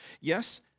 Yes